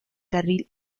carril